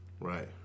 Right